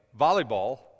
volleyball